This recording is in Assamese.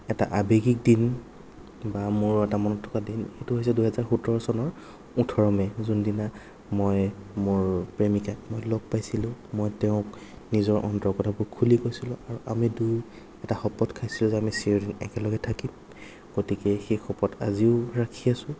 এটা আবেগিক দিন বা মোৰ এটা মনত থকা দিন সেইটো হৈছে দুহেজাৰ সোতৰ চনৰ ওঠৰ মে' যোনদিনা মই মোৰ প্ৰেমিকাক মই লগ পাইছিলোঁ মই তেওঁক নিজৰ অন্তৰৰ কথাবোৰ খুলি কৈছিলোঁ আৰু আমি দুয়ো এটা শপত খাইছিলোঁ যে আমি চিৰদিন একেলগে থাকিম গতিকে সেই শপত আজিও ৰাখি আছোঁ